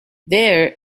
there